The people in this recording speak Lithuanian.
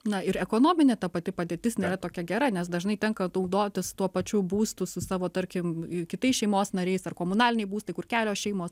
na ir ekonominė ta pati padėtis nėra tokia gera nes dažnai tenka naudotis tuo pačiu būstu su savo tarkim kitais šeimos nariais ar komunaliniai būstai kur kelios šeimos